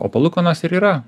o palūkanos ir yra